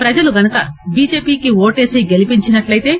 ప్రజలు గనుక బిజెపికి ఓటేసి గెలిపించినట్లయితే